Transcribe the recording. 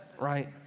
right